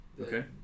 Okay